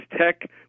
Tech